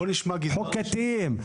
חוקתיים.